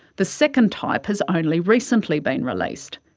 the second type has only recently been released.